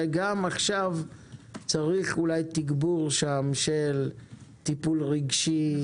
גם עכשיו צריך תגבור שם של טיפול רגשי,